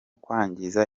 kwangiza